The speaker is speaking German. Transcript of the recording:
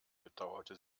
bedauerte